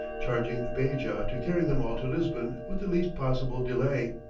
charging beja to carry them all to lisbon with the least possible delay.